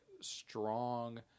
strong